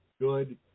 Good